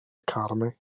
academy